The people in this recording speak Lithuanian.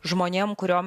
žmonėm kuriom